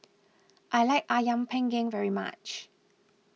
I like Ayam Panggang very much